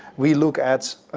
we look at,